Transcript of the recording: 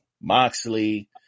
Moxley